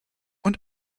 und